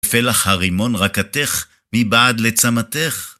פלח הרימון רקתך, מבעד לצמתך.